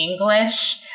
English